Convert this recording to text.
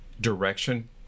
direction